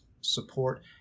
support